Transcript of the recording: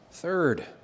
Third